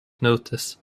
notice